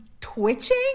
twitching